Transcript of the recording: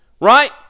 right